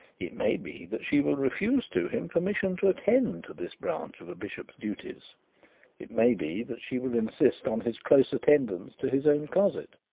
it may be that she will refuse to him permission to attend to this branch of a bishop's duties it may be that she will insist on his close attendance to his own closet.